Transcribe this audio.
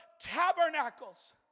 tabernacles